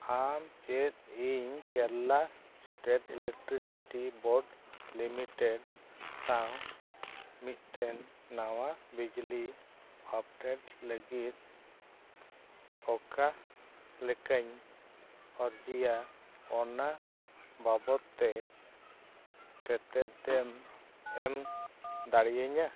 ᱟᱢᱪᱮᱫ ᱤᱧ Kerala state electricity board limited ᱥᱟᱶ ᱢᱤᱫᱴᱮᱱ ᱱᱟᱣᱟ ᱵᱤᱡᱽᱞᱤ ᱟᱯᱰᱮᱴ ᱞᱟᱹᱜᱤᱫ ᱚᱠᱟ ᱞᱮᱠᱟᱧ ᱟᱨᱡᱤᱭᱟ ᱚᱱᱟ ᱵᱟᱵᱚᱛᱛᱮ ᱛᱮᱛᱮᱫᱮᱢ ᱮᱢ ᱫᱟᱲᱮᱭᱟᱹᱧᱟᱹ